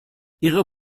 ihre